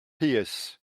pious